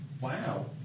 Wow